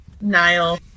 Niall